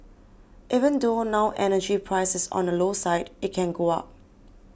even though now energy price is on the low side it can go up